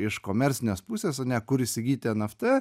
iš komercinės pusės ane kur įsigyti eft